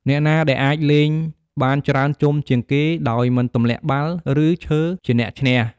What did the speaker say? អ្នកណាដែលអាចលេងបានច្រើនជុំជាងគេដោយមិនទម្លាក់បាល់ ឬឈើជាអ្នកឈ្នះ។